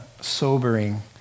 sobering